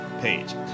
page